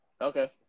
okay